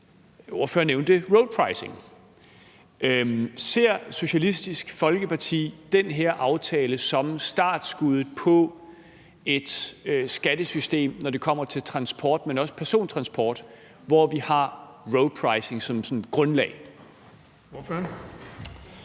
ordføreren nævnte roadpricing. Ser Socialistisk Folkeparti den her aftale som startskuddet på et skattesystem, når det kommer til transport og også persontransport, hvor vi har roadpricing som et grundlag? Kl.